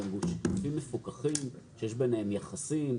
שהם גופים מפוקחים שיש ביניהם יחסים,